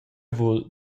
vul